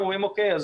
אומרים אוקיי,